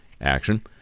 action